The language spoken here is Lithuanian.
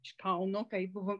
iš kauno kai buvo